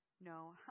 No